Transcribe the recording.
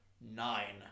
nine